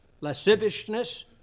lasciviousness